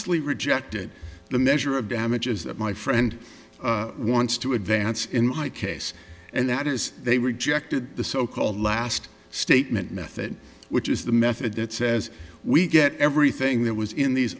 expressly rejected the measure of damages that my friend wants to advance in my case and that is they rejected the so called last statement method which is the method that says we get everything that was in these